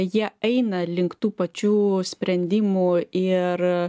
jie eina link tų pačių sprendimų ir